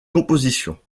compositions